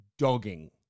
Dogging